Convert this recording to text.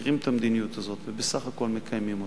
מכירים את המדיניות הזאת ובסך הכול מקיימים אותה.